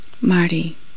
Marty